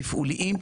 תפעוליים,